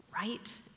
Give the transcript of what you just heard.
right